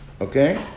Okay